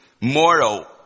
moral